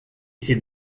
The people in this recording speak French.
c’est